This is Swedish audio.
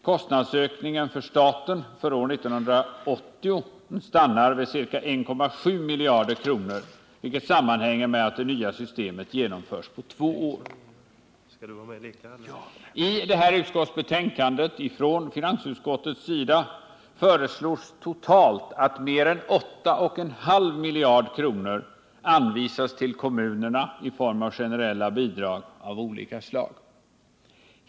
Kostnadsökningen för staten för år 1980 stannar vid ca 1,7 miljarder kronor, vilket sammanhänger med att det nya systemet genomförs på två år. I detta utskottsbetänkande föreslår finansutskottet att totalt mer än 8,5 miljarder kronor anvisas till kommunerna i form av generella bidrag av olika slag.